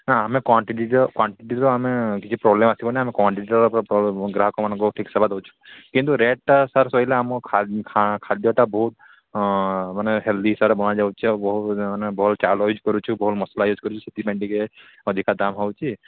ନା ଆମେ କ୍ୱାଣ୍ଟିଟିର କ୍ୱାଣ୍ଟିଟିର ଆମେ ଟିକେ ପ୍ରୋବ୍ଲେମ୍ ଆସିବନି ମାନେ ଆମେ କ୍ୱାଣ୍ଟିଟିର ଗ୍ରାହକମାନଙ୍କୁ ଠିକ୍ ସେବା ଦେଉଛୁ କିନ୍ତୁ ରେଟ୍ଟା ସାର୍ ଆମ କହିଲେ ଆମ ଖାଦ୍ୟ ଖାଦ୍ୟଟା ବହୁତ ହଁ ମାନେ ହେଲଦୀ ହିସାବରେ ଜଣା ଯାଉଛି ଆଉ ବହୁ ମାନେ ଭଲ ଚାଉଳ ୟୁଜ୍ କରୁଛୁ ଭଲ ମସଲା ୟୁଜ୍ କରୁଛୁ ସେଥିପାଇଁ ଟିକେ ଅଧିକା ଦାମ୍ ହେଉଛି